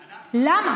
למה?